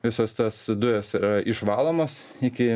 visos tos dujos yra išvalomos iki